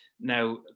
Now